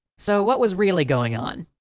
so what was really going on?